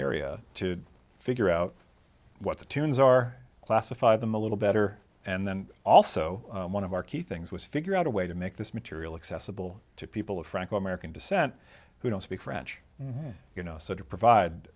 area to figure out what the tunes are classify them a little better and then also one of our key things was figure out a way to make this material accessible to people of franco american descent who don't speak french you know so to provide